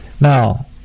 Now